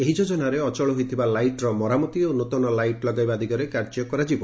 ଏହି ଯୋଜନାରେ ଅଚଳ ଥିବା ଲାଇଟ୍ର ମରାମତି ଓ ନୃତନ ଲାଇଟ୍ ଲଗାଇବା ଦିଗରେ କାର୍ଯ୍ୟ କରାଯିବ